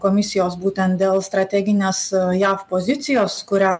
komisijos būtent dėl strateginės jav pozicijos kurią